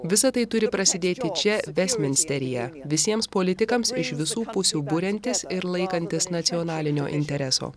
visa tai turi prasidėti čia vestminsteryje visiems politikams iš visų pusių buriantis ir laikantis nacionalinio intereso